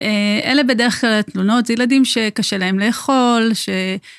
אלה בדרך כלל התלונות, ילדים שקשה להם לאכול ש...